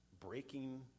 breaking